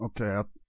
Okay